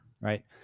right